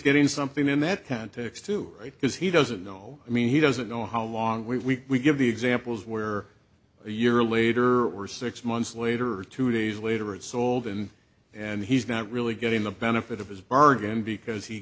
getting something in that context to write because he doesn't know i mean he doesn't know how long we give the examples where a year later or six months later or two days later it sold him and he's not really getting the benefit of his bargain because he